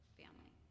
family